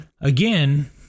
again